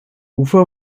ufer